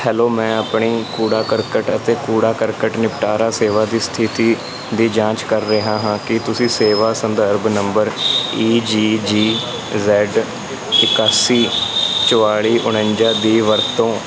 hello ਮੈਂ ਆਪਣੀ ਕੂੜਾ ਕਰਕਟ ਅਤੇ ਕੂੜਾ ਕਰਕਟ ਨਿਪਟਾਰਾ ਸੇਵਾ ਦੀ ਸਥਿਤੀ ਦੀ ਜਾਂਚ ਕਰ ਰਿਹਾ ਹਾਂ ਕੀ ਤੁਸੀਂ ਸੇਵਾ ਸੰਦਰਭ number E G G Z ਇਕਾਸੀ ਚੁਤਾਲੀ ਉਣੰਜਾ ਦੀ ਵਰਤੋਂ